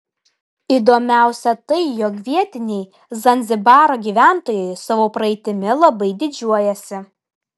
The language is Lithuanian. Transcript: įdomiausia tai jog vietiniai zanzibaro gyventojai savo praeitimi labai didžiuojasi